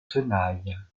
tenaille